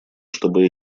чтобы